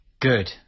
Good